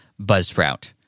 buzzsprout